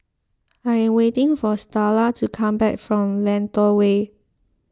I am waiting for Starla to come back from Lentor Way